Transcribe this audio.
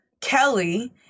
Kelly